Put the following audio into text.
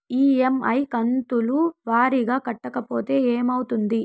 EMI కంతుల వారీగా కట్టకపోతే ఏమవుతుంది?